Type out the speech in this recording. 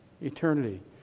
Eternity